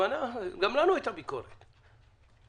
גם לנו הייתה ביקורת,